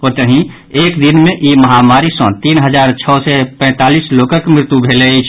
ओतहि एक दिन मे ई महामारी सँ तीन हजार छओ सय पैंतालीस लोकक मृत्यु भेल अछि